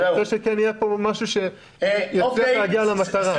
רוצה שיהיה כאן משהו שיאפשר להגיע למטרה.